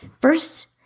First